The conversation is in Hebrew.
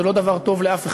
זה לא דבר טוב לאף אחד,